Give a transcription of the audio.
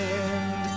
end